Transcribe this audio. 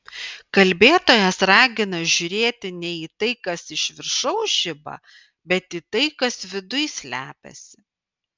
kalbėtojas ragina žiūrėti ne į tai kas iš viršaus žiba bet į tai kas viduj slepiasi